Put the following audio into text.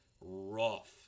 rough